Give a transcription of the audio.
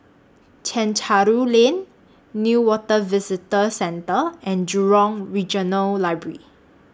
Chencharu Lane Newater Visitor Centre and Jurong Regional Library